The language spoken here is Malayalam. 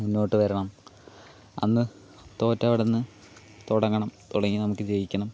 മുന്നോട്ട് വരണം അന്ന് തോറ്റവിടുന്ന് തുടങ്ങണം തുടങ്ങി നമുക്ക് ജയിക്കണം